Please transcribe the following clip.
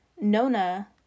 Nona